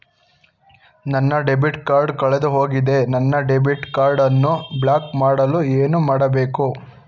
ನನ್ನ debit card ಕಳೆದುಹೋಗಿದೆ ನನ್ನ ಡೆಬಿಟ್ ಕಾರ್ಡ್ ಅನ್ನು ಬ್ಲಾಕ್ ಮಾಡಲು ಏನು ಮಾಡಬೇಕು?